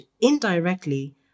indirectly